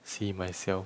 see myself